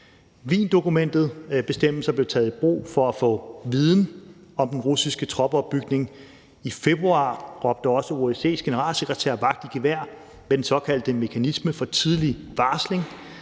bestemmelser blev taget i brug for at få viden om den russiske troppeopbygning. I februar råbte også OSCE's generalsekretær vagt i gevær med den såkaldte mekanisme for tidlig varsling.